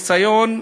רישיון.